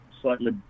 slightly